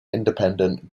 independent